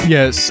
Yes